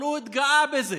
אבל הוא התגאה בזה,